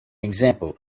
example